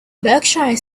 berkshire